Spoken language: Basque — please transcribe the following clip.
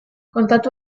kontatu